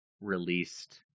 released